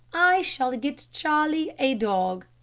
i shall get charlie a dog.